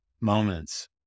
moments